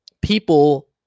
people